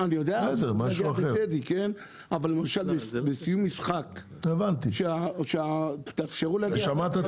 זה בטדי כן, אבל למשל בסיום משחק, תאפשרו להגיע.